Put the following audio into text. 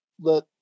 let